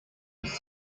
his